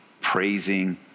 praising